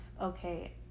okay